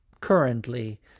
currently